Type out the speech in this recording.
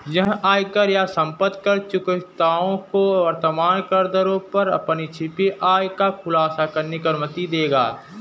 यह आयकर या संपत्ति कर चूककर्ताओं को वर्तमान करदरों पर अपनी छिपी आय का खुलासा करने की अनुमति देगा